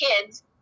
kids